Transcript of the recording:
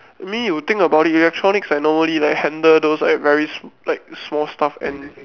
I mean you think about it electronics like normally like handle those like very like small stuff and